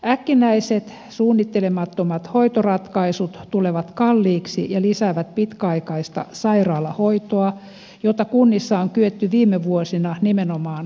äkkinäiset suunnittelemattomat hoitoratkaisut tulevat kalliiksi ja lisäävät pitkäaikaista sairaalahoitoa jota kunnissa on kyetty viime vuosina nimenomaan vähentämään